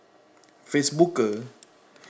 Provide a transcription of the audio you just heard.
facebook